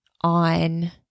on